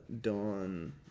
dawn